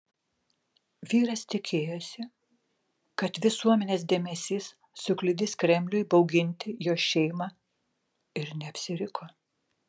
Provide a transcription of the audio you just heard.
vyras tikėjosi kad visuomenės dėmesys sukliudys kremliui bauginti jo šeimą ir neapsiriko